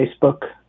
Facebook